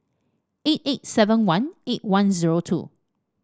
eight eight seven one eight one zero two